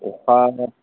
अखानो